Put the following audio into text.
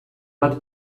bat